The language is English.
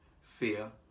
fear